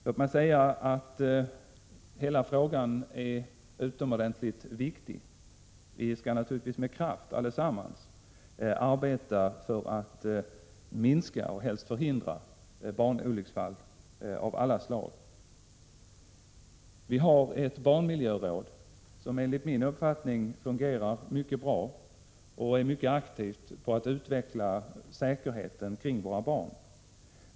Låt mig säga att den frågan är utomordentligt viktig. Vi skall naturligtvis allesamman med kraft arbeta för att minska och helst förhindra barnolycksfall av alla slag. Vi har ett barnmiljöråd, som enligt min uppfattning fungerar mycket bra och är mycket aktivt när det gäller att förbättra säkerheten kring våra barn.